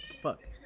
Fuck